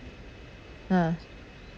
ha